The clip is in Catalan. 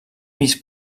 pis